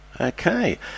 Okay